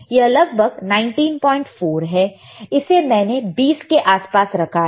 यह लग भग 194 है इसे मैंने 20 के आस पास रखा है